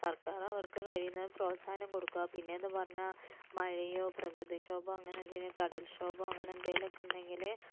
സര്ക്കാര് അവര്ക്ക് കഴിയുന്നതും പ്രോത്സാഹനം കൊടുക്കുക പിന്നെ എന്നു പറഞ്ഞാൽ മഴയോ പ്രകൃതിക്ഷോപമോ അങ്ങനെ എന്തെങ്കിലും കടല്ക്ഷോപമോ അങ്ങനെ എന്തെങ്കിലുമൊക്കെ ഉണ്ടെങ്കിൽ